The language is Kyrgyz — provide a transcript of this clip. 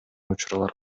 учурлар